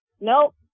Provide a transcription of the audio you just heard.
nope